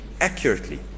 accurately